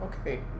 okay